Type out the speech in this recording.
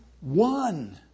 one